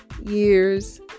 years